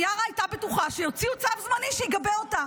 מיארה הייתה בטוחה שיוציאו צו זמני שיגבה אותה,